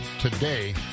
today